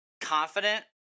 confident